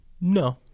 No